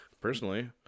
personally